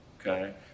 okay